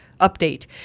Update